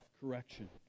correction